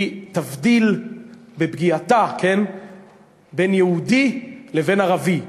היא תבדיל בפגיעתה בין יהודי לבין ערבי.